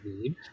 need